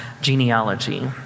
genealogy